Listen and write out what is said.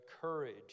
courage